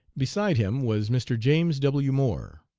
beside him was mr. james w. moore.